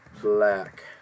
black